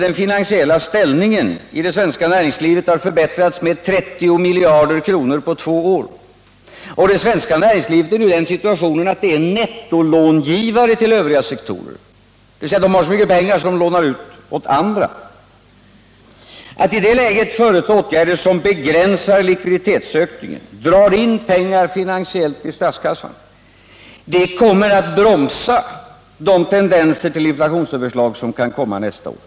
Den finansiella ställningen i det svenska näringslivet har förbättrats med 30 miljarder kronor på två år. Och det svenska näringslivet är nu i den situationen att det är nettolångivare till övriga sektorer, dvs. har så mycket pengar att det sker en utlåning till andra. Det är i det läget befogat att föreslå åtgärder som begränsar likviditetsökningen och drar in pengar finansiellt till statskassan, eftersom åtgärderna kommer att bromsa de tendenser till inflationsöverslag som kan komma nästa år.